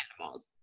animals